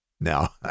Now